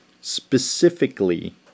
specifically